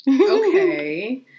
Okay